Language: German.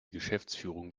geschäftsführung